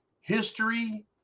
history